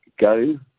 go